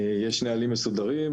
יש נהלים מסויימים,